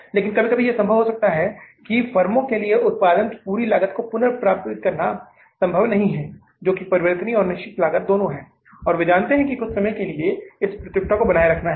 लेकिन कभी कभी यह संभव हो सकता है कि फर्मों के लिए उत्पादन की पूरी लागत को पुनर्प्राप्त करना संभव नहीं है जो कि परिवर्तनीय और निश्चित लागत दोनों है और वे जानते हैं कि कुछ समय के लिए इस प्रतियोगिता को बनाए रखना है